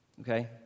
Okay